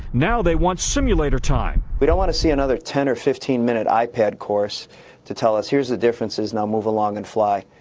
now they want simulator time. we don't want to see another ten or fifteen minute ipad course to tell us, here's the differences, now move along and fly.